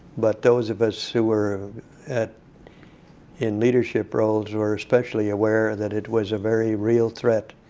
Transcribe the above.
but those of us who were in leadership roles were especially aware that it was a very real threat.